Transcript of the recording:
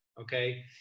Okay